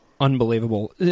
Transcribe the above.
Unbelievable